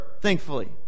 thankfully